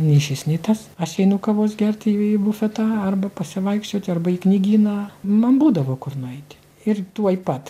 nei šis nei tas aš einu kavos gerti į į bufetą arba pasivaikščioti arba į knygyną man būdavo kur nueiti ir tuoj pat